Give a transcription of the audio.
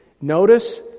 Notice